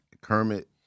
Kermit